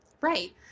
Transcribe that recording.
right